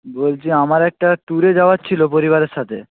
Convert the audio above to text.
বলছি আমার একটা ট্যুরে যাওয়ার ছিল পরিবারের সাথে